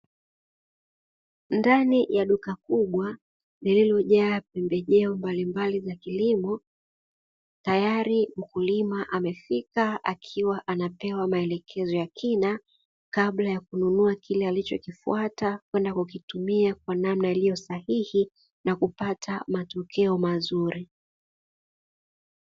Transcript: Ndani ya duka kubwa lililojaa pembejeo mbalimbali za kilimo, mkulima amefika akiwa anapewa maelekezo ya kina kabla ya kununua kile alichokifuata kwenda kujitumia kwa namna alivyo sahihi na kupata matokeo mazuri.